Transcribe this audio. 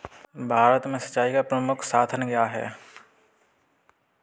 भारत में सिंचाई का प्रमुख साधन क्या है?